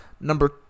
number